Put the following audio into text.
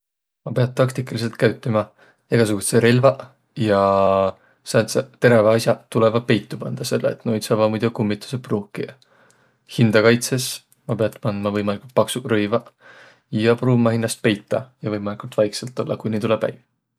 Ma piät taktikalidsõlt kaütümä. Egäsugudsõq relväq ja sääntseq teräväq as'aq tulõvaq peitu pandaq, selle et noid saavaq muido kummitusõq pruukiq. Hindäkaitsõs ma piät pandma võimaligult paksuq rõivaq ja pruuvma hinnäst peitäq ja võimaligult vaiksõlt ollaq, kooniq tulõ päiv.